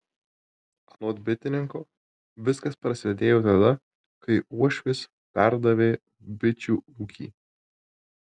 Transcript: anot bitininko viskas prasidėjo tada kai uošvis perdavė bičių ūkį